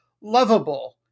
lovable